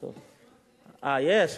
יש.